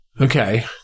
Okay